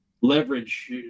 leverage